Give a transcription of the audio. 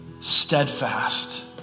Steadfast